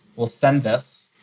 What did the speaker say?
we'll send this.